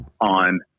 on